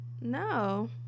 no